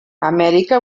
amèrica